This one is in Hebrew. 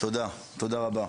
תודה, תודה רבה.